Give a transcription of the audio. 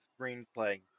screenplay